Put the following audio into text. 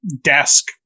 desk